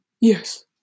Yes